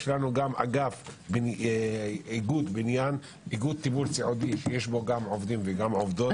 יש לנו גם איגוד בניין, שיש בו עובדים ועובדות,